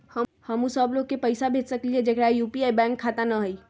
हम उ सब लोग के पैसा भेज सकली ह जेकरा पास यू.पी.आई बैंक खाता न हई?